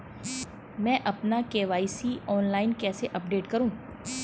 मैं अपना KYC online कैसे अपडेट करूँ?